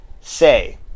say